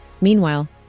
Meanwhile